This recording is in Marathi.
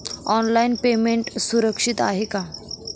ऑनलाईन पेमेंट सुरक्षित आहे का?